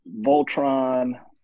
voltron